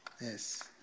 Yes